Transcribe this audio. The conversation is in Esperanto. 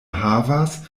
havas